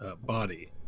body